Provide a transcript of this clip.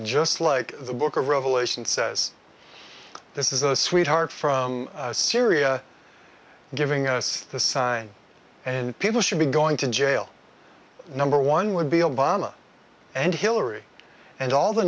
just like the book of revelation says this is a sweetheart from syria giving us the sign and people should be going to jail number one would be obama and hillary and all the